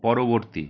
পরবর্তী